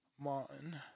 Martin